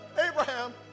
Abraham